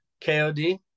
kod